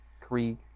Krieg